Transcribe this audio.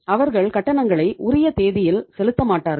அவர்கள் கட்டணங்களை உரிய தேதியில் செலுத்தமாட்டார்கள்